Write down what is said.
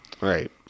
right